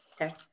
Okay